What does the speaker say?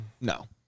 no